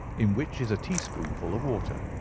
in which is a teaspoonful of water.